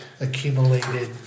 accumulated